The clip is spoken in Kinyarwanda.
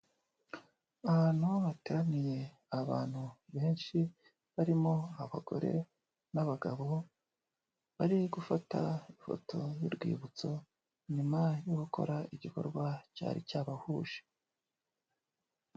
Abantu hateraniye abantu benshi, barimo abagore n'abagabo, bari gufata ifoto y'urwibutso, nyuma yo gukora igikorwa cyari cyabahuje.